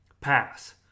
Pass